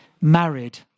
married